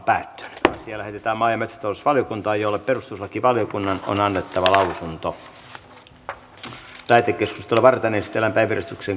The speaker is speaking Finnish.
asia lähetettiin maa ja metsätalousvaliokuntaan jolle perustuslakivaliokunnan on annettava lausunto